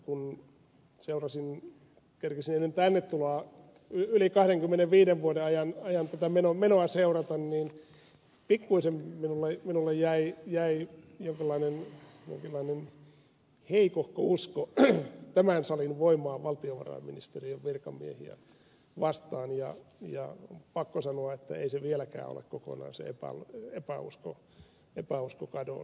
kun kerkisin ennen tänne tuloa yli kahdenkymmenenviiden vuoden ajan tätä menoa seurata niin pikkuisen minulle jäi jonkunlainen heikohko usko tämän salin voimaan valtiovarainministeriön virkamiehiä vastaan ja on pakko sanoa että ei se vieläkään ole kokonaan se epäusko kadonnut